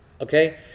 okay